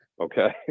Okay